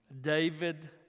David